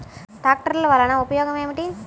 ట్రాక్టర్లు వల్లన ఉపయోగం ఏమిటీ?